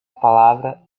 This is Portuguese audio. palavra